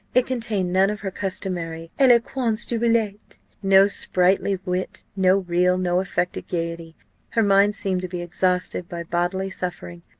it contained none of her customary eloquence du billet no sprightly wit, no real, no affected gaiety her mind seemed to be exhausted by bodily suffering,